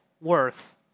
worth